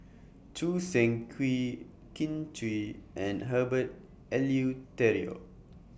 Choo Seng Quee Kin Chui and Herbert Eleuterio